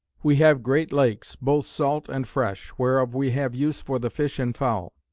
we have great lakes, both salt, and fresh whereof we have use for the fish and fowl.